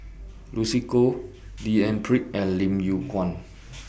Lucy Koh D N Pritt and Lim Yew Kuan